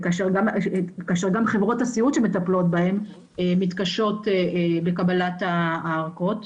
כאשר גם חברות הסיעוד שמטפלות בהם מתקשות בקבלת האשרות.